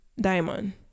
Diamond